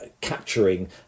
capturing